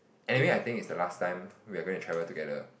anyway I think it's the last time we're gonna travel together